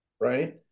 right